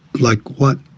like what?